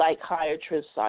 psychiatrists